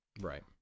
right